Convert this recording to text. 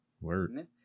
Word